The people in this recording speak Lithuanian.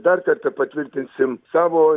dar kartą patvirtinsim savo